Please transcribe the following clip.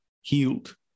healed